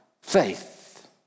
faith